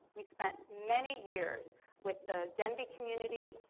we spent many years with the denby community,